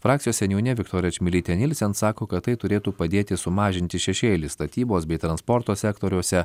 frakcijos seniūnė viktorija čmilytė nielsen sako kad tai turėtų padėti sumažinti šešėlį statybos bei transporto sektoriuose